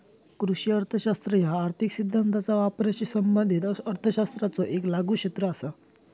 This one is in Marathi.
कृषी अर्थशास्त्र ह्या आर्थिक सिद्धांताचा वापराशी संबंधित अर्थशास्त्राचो येक लागू क्षेत्र असा